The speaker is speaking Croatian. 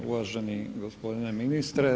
Uvaženi gospodine ministre.